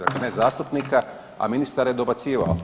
Dakle ne zastupnika, a ministar je dobacivao.